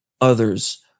others